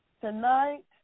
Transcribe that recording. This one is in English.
tonight